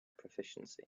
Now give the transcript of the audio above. proficiency